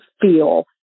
feel